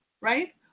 right